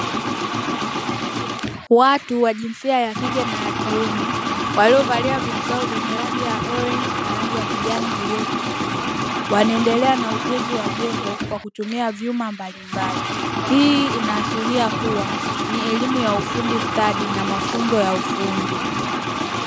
Vijana wakike na wakiume waliovalia vizibau vya rangi ya machungwa na rangi ya kijani iliyopauka, wanaendelea na ujenzi wa jengo kwa kutumia vyuma mbalimbali, hii inaashiria kuwa ni elimu ya ufundi stadi na mafunzo ya ufundi.